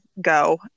go